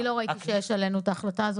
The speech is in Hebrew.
אני לא ראיתי שיש עלינו את ההחלטה הזאת.